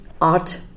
art